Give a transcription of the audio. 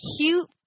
cute